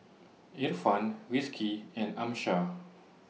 Irfan Rizqi and Amsyar